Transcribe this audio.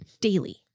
daily